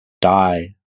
Die